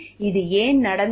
இது ஏன் நடந்தது